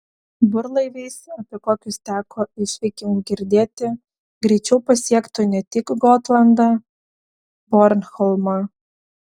burlaiviais apie kokius teko iš vikingų girdėti greičiau pasiektų ne tik gotlandą bornholmą